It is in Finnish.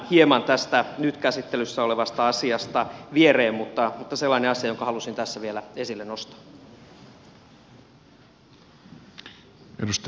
tämä hieman tästä nyt käsittelyssä olevasta asiasta viereen mutta sellainen asia jonka halusin tässä vielä esille nostaa